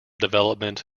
development